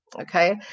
okay